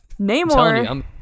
Namor-